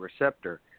receptor